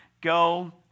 go